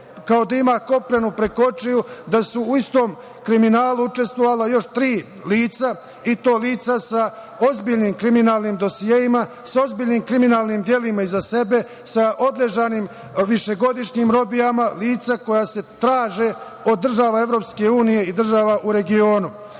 kao da ima koprenu preko očiju, da su u istom kriminalu učestvovala još tri lica, i to lica sa ozbiljnim kriminalnim dosijeima, sa ozbiljnim kriminalnim delima iza sebe, sa odležanim višegodišnjim robijama, lica koja se traže od EU i država u regionu. Na